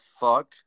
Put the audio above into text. fuck